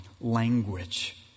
language